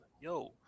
yo